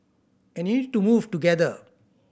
and you need to move together